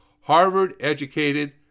Harvard-educated